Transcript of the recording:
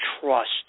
trust